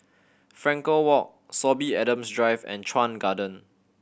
Frankel Walk Sorby Adams Drive and Chuan Garden